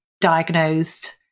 diagnosed